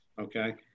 Okay